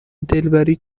دلبری